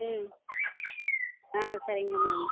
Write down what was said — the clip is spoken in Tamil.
ம் ஆ சரிங்க மேம்